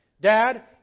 Dad